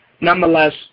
Nonetheless